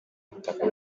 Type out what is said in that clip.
butaka